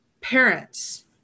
parents